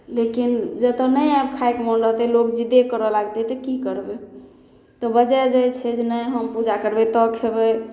लेकिन जतऽ नहि आब खाइके मोन रहतै लोक जिदे करऽ लागतै तऽ कि करबै तऽ बजै जाइ छै नहि हम पूजा करबै तऽ खेबै